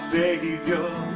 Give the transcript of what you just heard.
Savior